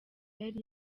yari